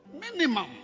Minimum